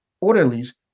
orderlies